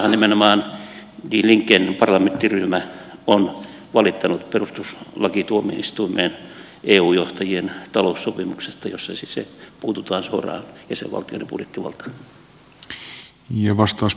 saksassahan nimenomaan die linken parlamenttiryhmä on valittanut perustuslakituomioistuimeen eu johtajien taloussopimuksesta jossa puututaan suoraan jäsenvaltioiden budjettivaltaan